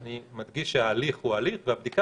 אני מדגיש שההליך הוא הליך ושהבדיקה